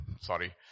Sorry